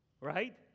right